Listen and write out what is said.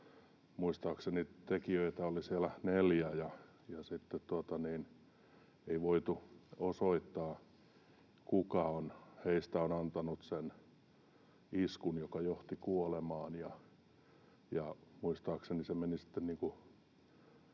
Muistaakseni tekijöitä oli siellä neljä, ja sitten ei voitu osoittaa, kuka heistä on antanut sen iskun, joka johti kuolemaan.